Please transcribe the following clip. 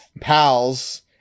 pals